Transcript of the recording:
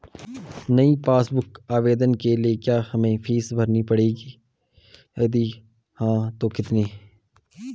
नयी passbook book आवेदन के लिए क्या हमें फीस भरनी पड़ेगी यदि हाँ तो कितनी?